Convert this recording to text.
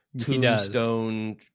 tombstone